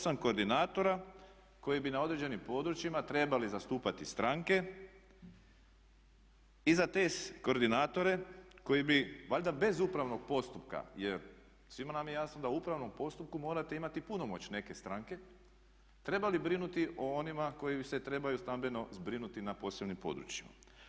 8 koordinatora koji bi na određenim područjima trebali zastupati stranke i za te koordinatore koji bi valjda bez upravnog postupka jer svima nam je jasno da u upravnom postupku morate imati punomoć neke stranke trebali brinuti o onima koji se trebaju stambeno zbrinuti na posebnim područjima.